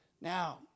Now